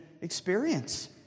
experience